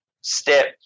step